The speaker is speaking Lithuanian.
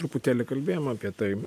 truputėlį kalbėjom apie tai